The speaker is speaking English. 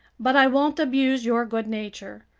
but i won't abuse your good nature.